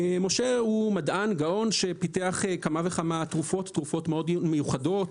משה הוא מדען גאון שפיתח כמה וכמה תרופות מאוד מיוחדות,